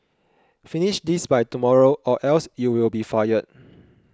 finish this by tomorrow or else you will be fired